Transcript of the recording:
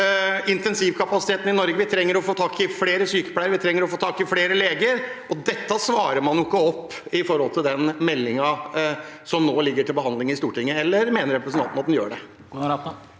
intensivkapasiteten i Norge? Vi trenger å få tak i flere sykepleiere. Vi trenger å få tak i flere leger. Dette svarer man ikke på i den meldingen som nå ligger til behandling i Stortinget. Eller mener representanten at den svarer